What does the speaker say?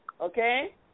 okay